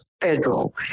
federal